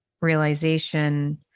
realization